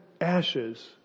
ashes